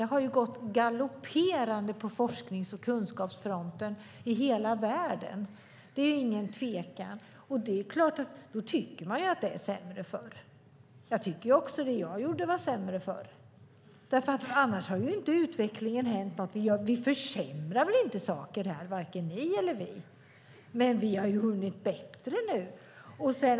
Det har gått galopperande fort på forsknings och kunskapsfronten i hela världen - det är ingen tvekan om det. Och då tycker man ju att det var sämre förr. Jag tycker också att det jag gjorde förr var sämre. Annars har det ju inte varit någon utveckling. Vi försämrar väl inte saker, varken ni eller vi. Men vi har gjort mer nu.